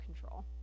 control